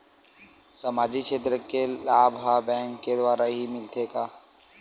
सामाजिक क्षेत्र के लाभ हा बैंक के द्वारा ही मिलथे का?